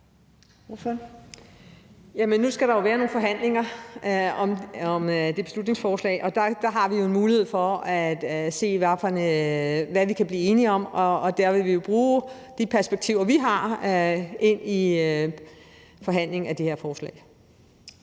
nu skal der jo være nogle forhandlinger om det her beslutningsforslag, og der har vi jo en mulighed for at se på, hvad vi kan blive enige om. Og der vil vi jo bringe de perspektiver, vi har, ind i forhandlingerne om det her forslag.